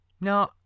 No